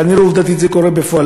כנראה עובדתית זה קורה בפועל.